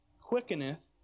quickeneth